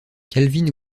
calvin